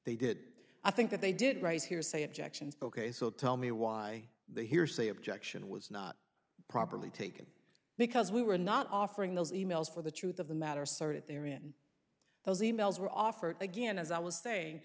they did i think that they did raise hearsay objections ok so tell me why the hearsay objection was not properly taken because we were not offering those e mails for the truth of the matter sorted there in those e mails were offered again as i was saying